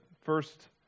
first